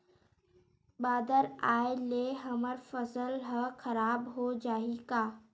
बादर आय ले हमर फसल ह खराब हो जाहि का?